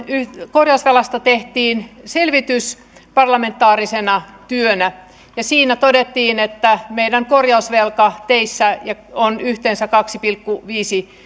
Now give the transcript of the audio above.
korjausvelasta tehtiin selvitys parlamentaarisena työnä ja siinä todettiin että meidän korjausvelka teissä on yhteensä kaksi pilkku viisi